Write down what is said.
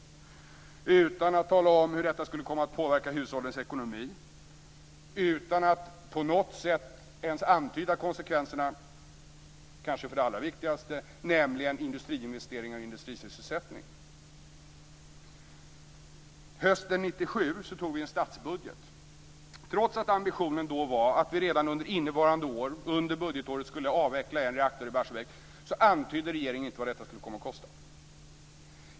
Man talade inte om hur detta skulle komma att påverka hushållens ekonomi. Man antydde inte ens på något sätt konsekvenserna för det kanske allra viktigaste, nämligen industriinvesteringar och industrisysselsättning. Hösten 1997 beslutade vi om en statsbudget. Trots att ambitionen då var att vi redan under innevarande budgetår skulle avveckla en reaktor i Barsebäck antydde regeringen inte vad detta skulle komma att kosta.